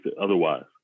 otherwise